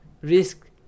risk